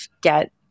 get